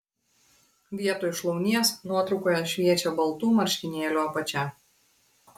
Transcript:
vietoj šlaunies nuotraukoje šviečia baltų marškinėlių apačia